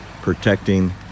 protecting